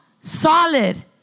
solid